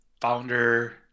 founder